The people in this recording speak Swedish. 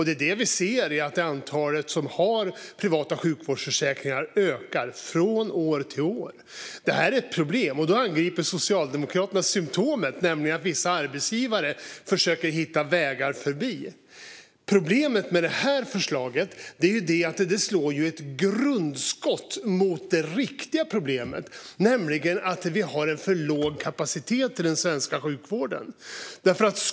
Det är det vi ser när antalet som har privata sjukvårdsförsäkringar ökar från år till år. Det är ett problem. Och då angriper Socialdemokraterna symtomet, att vissa arbetsgivare försöker hitta vägar förbi. Problemet med det här förslaget är att det slår ett grundskott mot det riktiga problemet: att vi har för låg kapacitet i den svenska sjukvården.